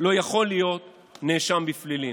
לא יכול להיות נאשם בפלילים.